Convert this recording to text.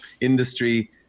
industry